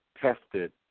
tested